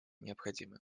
необходимы